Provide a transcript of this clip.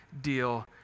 deal